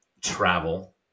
travel